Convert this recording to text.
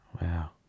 Wow